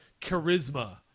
charisma